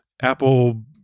Apple